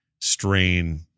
strain